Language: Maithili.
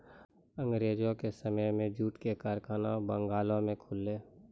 अंगरेजो के समय मे जूटो के कारखाना बंगालो मे खुललै